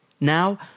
Now